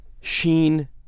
sheen